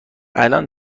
الان